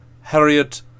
Harriet